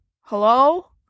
hello